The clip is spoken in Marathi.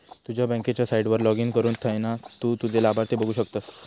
तुझ्या बँकेच्या साईटवर लाॅगिन करुन थयना तु तुझे लाभार्थी बघु शकतस